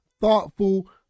thoughtful